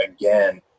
again